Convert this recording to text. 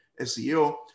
SEO